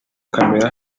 kamera